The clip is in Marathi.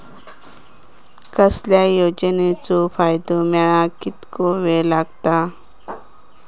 कसल्याय योजनेचो फायदो मेळाक कितको वेळ लागत?